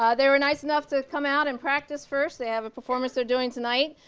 ah they were nice enough to come out and practice first. they have a performance they're doing tonight,